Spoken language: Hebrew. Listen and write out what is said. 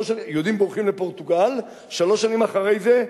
יהודים בורחים לפורטוגל ושלוש שנים אחרי זה,